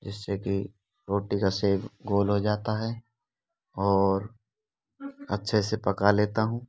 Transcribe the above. जिससे की रोटी का शेप गोल हो जाता है और अच्छे से पका लेता हूँ